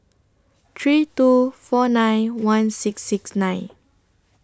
three two four nine one six six nine